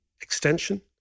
extension